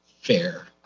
fair